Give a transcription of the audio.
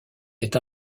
est